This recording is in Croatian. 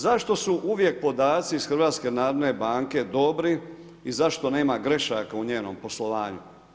Zašto su uvijek podaci iz HNB dobri i zašto nema grešaka u njenom poslovanju?